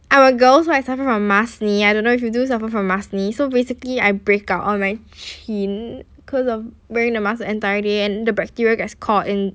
I'm a girl so I suffer from maskne I don't know if you do suffer from maskne so basically I break out on my chin because of wearing the mask the entire day and the bacteria gets caught in